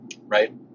Right